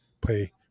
play